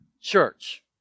church